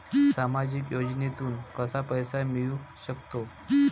सामाजिक योजनेतून कसा पैसा मिळू सकतो?